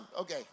Okay